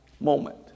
moment